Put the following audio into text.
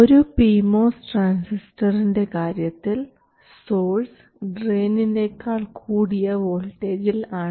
ഒരു P MOS ട്രാൻസിസ്റ്ററിൻറെ കാര്യത്തിൽ സോഴ്സ് ഡ്രയിനിനേക്കാൾ കൂടിയ വോൾട്ടേജിൽ ആണ്